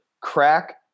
crack